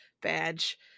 badge